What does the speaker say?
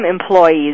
employees